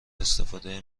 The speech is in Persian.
استفاده